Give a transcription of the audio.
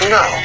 no